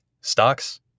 stocks